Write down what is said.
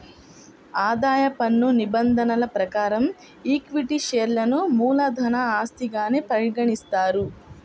ఆదాయ పన్ను నిబంధనల ప్రకారం ఈక్విటీ షేర్లను మూలధన ఆస్తిగానే పరిగణిస్తారు